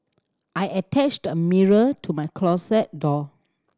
I attached a mirror to my closet door